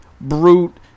Brute